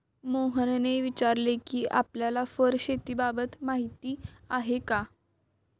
मोहनने विचारले कि आपल्याला फर शेतीबाबत माहीती आहे का?